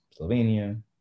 Slovenia